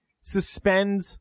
suspend